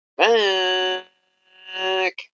back